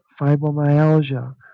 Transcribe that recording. fibromyalgia